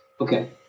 Okay